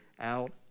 out